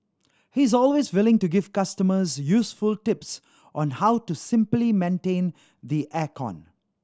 he is always willing to give customers useful tips on how to simply maintain the air con